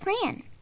plan